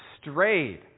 strayed